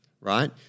right